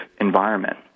environment